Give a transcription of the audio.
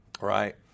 right